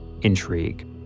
intrigue